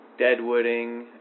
deadwooding